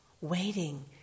waiting